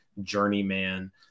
journeyman